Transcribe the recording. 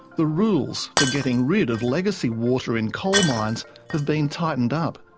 the rules for getting rid of legacy water in coal mines have been tightened up.